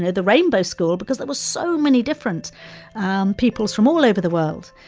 the rainbow school because there were so many different peoples from all over the world.